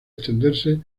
extenderse